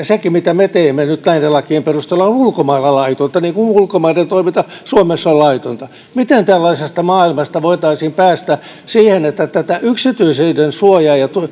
sekin mitä me teemme nyt näiden lakien perusteella on ulkomailla laitonta niin kuin ulkomaiden toiminta suomessa on laitonta miten tällaisesta maailmasta voitaisiin päästä siihen että yksityisyydensuoja ja